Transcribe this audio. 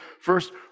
First